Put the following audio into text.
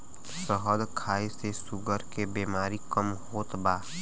शहद खाए से शुगर के बेमारी कम होत बा